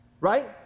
right